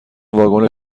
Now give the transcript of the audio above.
واگن